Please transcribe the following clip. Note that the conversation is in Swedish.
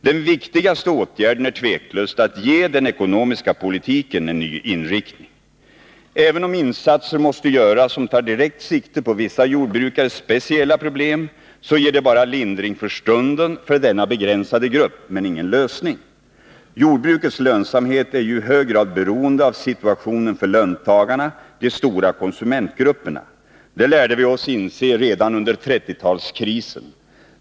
Den viktigaste åtgärden är otvivelaktigt att ge den ekonomiska politiken en ny inriktning. Även om insatser måste göras som tar direkt sikte på vissa jordbrukares speciella problem, ger det bara lindring för stunden för denna begränsade grupp men ingen lösning. Jordbrukets lönsamhet är ju i hög grad beroende av situationen för löntagarna, de stora konsumentgrupperna. Det lärde vi oss inse redan under 30-talskrisen.